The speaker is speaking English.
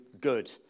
good